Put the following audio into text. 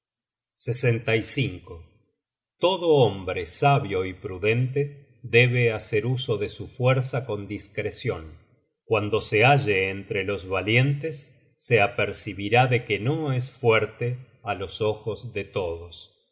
tiene un amigo todo hombre sabio y prudente debe hacer uso de su fuerza con discrecion cuando se halle entre los valientes se apercibirá de que no es fuerte á los ojos de todos